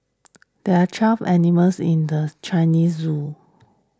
there are twelve animals in the Chinese zoo